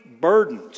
burdened